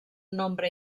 nombre